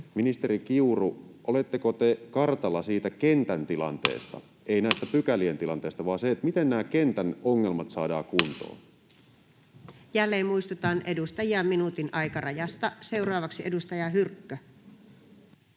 Ministeri Kiuru, oletteko te kartalla siitä kentän tilanteesta, ei näiden pykälien tilanteesta, vaan siitä, miten nämä kentän ongelmat saadaan kuntoon? Jälleen muistutan edustajia minuutin aikarajasta. — Seuraavaksi edustaja Hyrkkö.